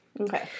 Okay